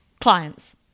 clients